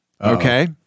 Okay